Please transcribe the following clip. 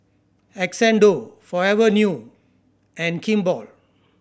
Xndo Forever New and Kimball